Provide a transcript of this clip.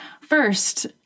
First